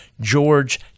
George